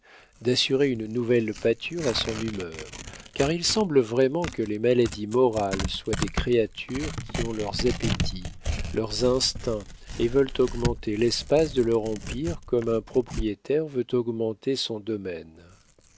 d'assurer une nouvelle pâture à son humeur car il semble vraiment que les maladies morales soient des créatures qui ont leurs appétits leurs instincts et veulent augmenter l'espace de leur empire comme un propriétaire veut augmenter son domaine